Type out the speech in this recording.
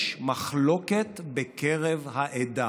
יש מחלוקת בקרב העדה,